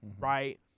right